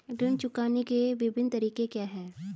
ऋण चुकाने के विभिन्न तरीके क्या हैं?